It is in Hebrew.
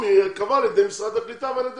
ייקבע על ידי משרד הקליטה ועל ידיכם,